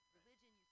religion